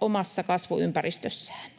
omassa kasvuympäristössään.